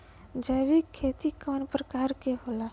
जैविक खेती कव प्रकार के होला?